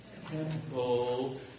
temple